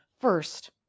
first